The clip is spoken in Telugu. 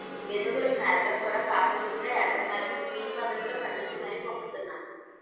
ఏనుగులకి మేతగా కూడా కాఫీ గింజలే ఎడతన్నారనీ క్విన్ పద్దతిలో పండించి మరీ పంపుతున్నా